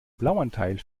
blauanteil